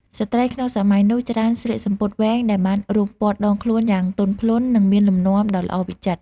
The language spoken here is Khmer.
ស្ត្រីក្នុងសម័យនោះច្រើនស្លៀកសំពត់វែងដែលបានរុំព័ទ្ធដងខ្លួនយ៉ាងទន់ភ្លន់ និងមានលំនាំដ៏ល្អវិចិត្រ។